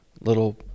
little